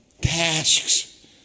tasks